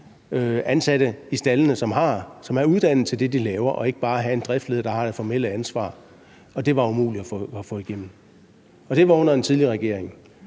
ansatte i staldene, som er uddannet til det, de laver, så man ikke bare har en driftsleder, der har det formelle ansvar. Det var umuligt at få igennem, og det var under en tidligere regering.